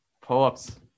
pull-ups